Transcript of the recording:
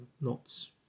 knots